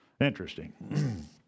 Interesting